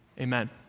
Amen